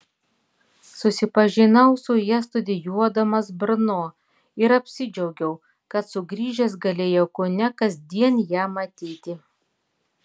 susipažinau su ja studijuodamas brno ir apsidžiaugiau kad sugrįžęs galėjau kone kasdien ją matyti